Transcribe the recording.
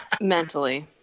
Mentally